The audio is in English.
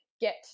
get